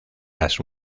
las